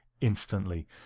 Instantly